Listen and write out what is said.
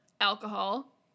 Alcohol